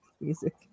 music